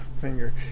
finger